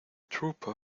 trooper